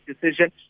decision